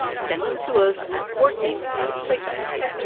send them to us at working at slate dot com.